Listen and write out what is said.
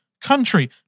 country